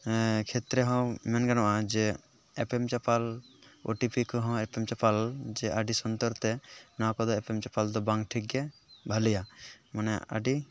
ᱠᱷᱮᱛᱨᱮ ᱦᱚᱸ ᱢᱮᱱ ᱜᱟᱱᱚᱜᱼᱟ ᱡᱮ ᱮᱯᱮᱢ ᱪᱟᱯᱟᱞ ᱳ ᱴᱤ ᱯᱤ ᱠᱚᱦᱚᱸ ᱮᱯᱮᱢ ᱪᱟᱯᱟᱞ ᱡᱮ ᱟᱹᱰᱤ ᱥᱚᱱᱛᱚᱨᱛᱮ ᱱᱚᱣᱟ ᱠᱚᱫᱚ ᱮᱯᱮᱢ ᱪᱟᱯᱟᱞ ᱫᱚ ᱵᱟᱝ ᱴᱷᱤᱠ ᱜᱮᱭᱟ ᱵᱷᱟᱞᱮᱭᱟ ᱢᱟᱱᱮ ᱟᱹᱰᱤ